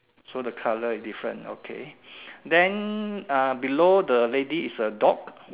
so the color is different okay then uh below the lady is a dog